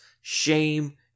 shame